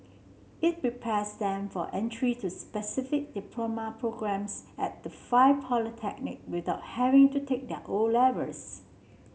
it prepares them for entry to specific diploma programmes at the five polytechnic without having to take their O levels